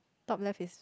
top left is